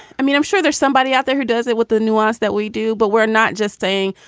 i mean, i'm sure there's somebody out there who does it with the nuance that we do. but we're not just saying,